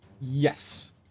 Yes